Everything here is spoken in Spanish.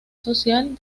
social